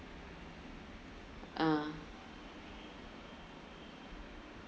ah